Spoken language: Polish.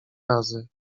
razy